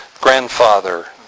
grandfather